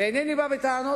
ואינני בא בטענות,